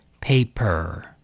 Paper